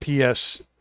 ps